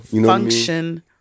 function